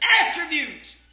attributes